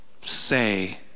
say